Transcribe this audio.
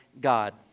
God